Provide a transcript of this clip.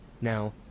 Now